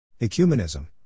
Ecumenism